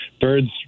birds